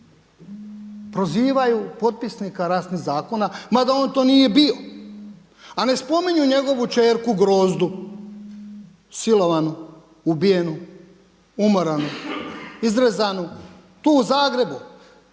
prozivaju potpisnika ratnih zakona, mada on to nije bio. A ne spominju njegovu kćerku Grozdu silovanu, ubijenu, umoranu, izrezanu, tu u Zagrebu,